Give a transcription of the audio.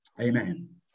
Amen